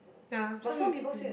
ya some um